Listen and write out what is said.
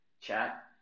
chat